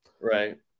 right